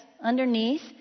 underneath